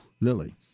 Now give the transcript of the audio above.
Lily